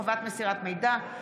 חובת מסירת מידע),